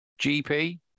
GP